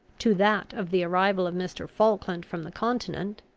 to that of the arrival of mr. falkland from the continent,